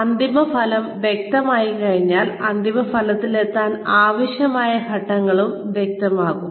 അന്തിമഫലം വ്യക്തമായിക്കഴിഞ്ഞാൽ അന്തിമഫലത്തിലെത്താൻ ആവശ്യമായ ഘട്ടങ്ങളും വ്യക്തമാകും